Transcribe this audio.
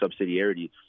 subsidiarity